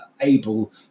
able